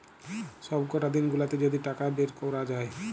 সবকটা দিন গুলাতে যদি টাকা বের কোরা যায়